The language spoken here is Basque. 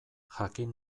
jakin